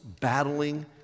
battling